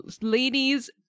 ladies